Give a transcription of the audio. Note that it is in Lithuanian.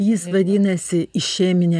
jis vadinasi išemine